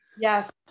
Yes